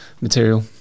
material